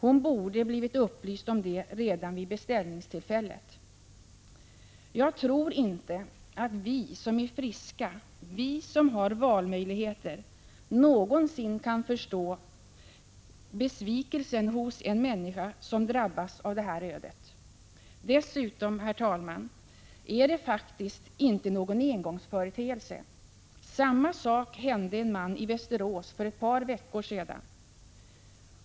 Hon borde ha blivit upplyst om detta redan vid beställningstillfället. Jag tror inte att vi som är friska, vi som har valmöjligheter, någonsin kan förstå besvikelsen hos en människa som drabbas av detta öde. Dessutom, herr talman, är detta faktiskt inte någon engångsföreteelse. Samma sak hände en man i Västerås för ett par veckor sedan.